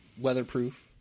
weatherproof